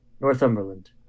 Northumberland